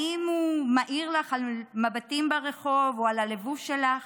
האם הוא מעיר לך על מבטים ברחוב או על הלבוש שלך?